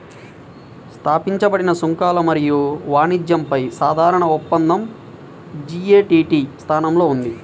స్థాపించబడిన సుంకాలు మరియు వాణిజ్యంపై సాధారణ ఒప్పందం జి.ఎ.టి.టి స్థానంలో ఉంది